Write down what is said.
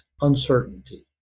uncertainty